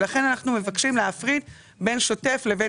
ולכן אנחנו מבקשים להפריד בין שוטף לבין